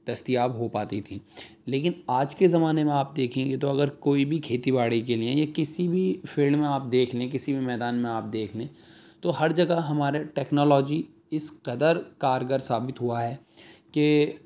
دستیاب ہو پاتی تھیں لیکن آج کے زمانے میں آپ دیکھیں گے تو اگر کوئی بھی کھیتی باڑی کے لیے یا کسی بھی فیلڈ میں آپ دیکھ لیں کسی بھی میدان میں آپ دیکھ لیں تو ہر جگہ ہمارے ٹیکنالوجی اس قدر کارگر ثابت ہوا ہے کہ